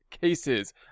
cases